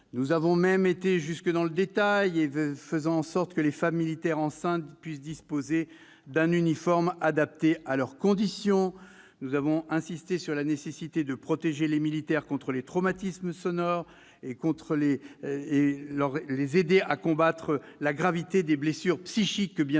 Nous avons même été jusque dans le détail, faisant en sorte que les femmes militaires enceintes puissent disposer d'un uniforme adapté à leur condition. Nous avons insisté sur la nécessité de protéger les militaires contre les traumatismes sonores et de les aider à combattre la gravité des blessures psychiques qu'ils